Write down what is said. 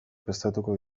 prestatuko